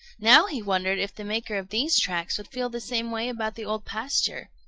now he wondered if the maker of these tracks would feel the same way about the old pasture.